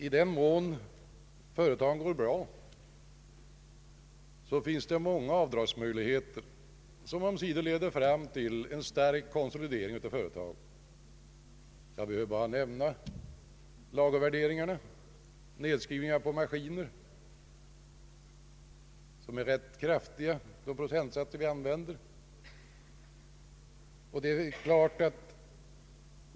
I den mån företagen går bra finns det många avdragsmöjligheter, som omsider leder fram till en stark konsolidering av företagen. Jag behöver bara nämna lagervärderingarna och nedskrivningarna på maskiner. De procentsatser vi där tillåter för nedskrivningar är rätt kraftiga.